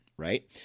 Right